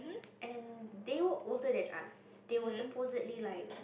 and then they were older than us they were supposedly like